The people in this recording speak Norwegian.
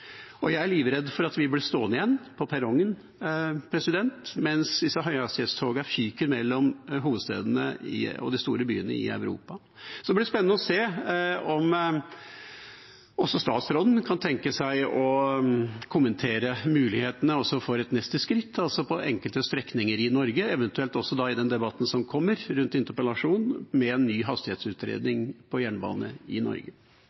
Jeg er livredd for at vi blir stående igjen på perrongen mens høyhastighetstogene fyker mellom hovedstedene og de store byene i Europa. Det blir spennende å se om statsråden kan tenke seg å kommentere mulighetene også for et neste skritt, altså på enkelte strekninger i Norge, eventuelt også i debatten som kommer rundt interpellasjonen, med en ny hastighetsutredning for jernbane i Norge.